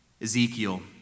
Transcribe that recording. Ezekiel